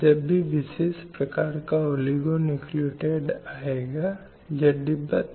slide समय संदर्भ 2159 अब इनमें बालिकाओं के संबंध में महत्वपूर्ण क्षेत्रों पर भी प्रकाश डाला गया है